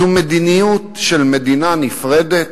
זו מדיניות של מדינה נפרדת?